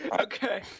okay